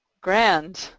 grand